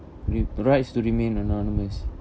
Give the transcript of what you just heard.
re~ rights to remain anonymous